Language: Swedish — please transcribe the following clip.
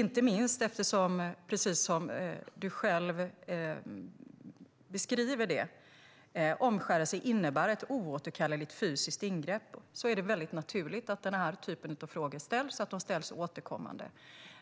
inte minst eftersom, precis som du själv beskriver det, omskärelse innebär ett oåterkalleligt fysiskt ingrepp. Då är det naturligt att den här typen av frågor ställs och att de ställs återkommande.